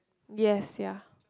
yes yeah